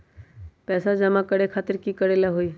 पैसा जमा करे खातीर की करेला होई?